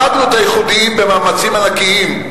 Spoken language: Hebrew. הרגנו את הייחודיים במאמצים ענקיים.